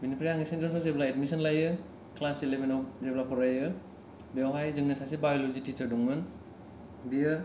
बिनिफ्राय आङो सेन्ट ज'न्सआव जेब्ला एदमिसन लायो क्लास इलिभेन आव जेब्ला फरायो बेयाव हाय जोंनि सासे बायल'जि थिसार दंमोन बियो